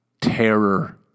terror